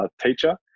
teacher